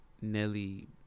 Nelly